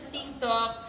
TikTok